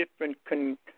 different